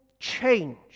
change